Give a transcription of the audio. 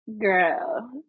Girl